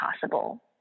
possible